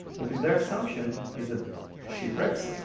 because their assumption is that shipwrecks,